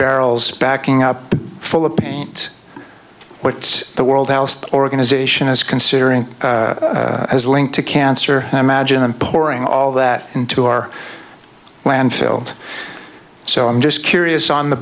barrels backing up the full of paint what the world health organization is considering as linked to cancer imagine and pouring all that into our landfill so i'm just curious on the